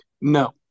No